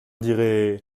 dirai